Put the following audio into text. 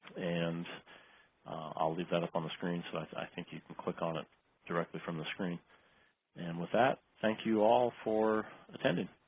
and i'll leave that up on the screen so i think you can click on it directly from the screen and with that thank you all for attending.